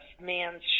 man's